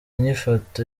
nyifato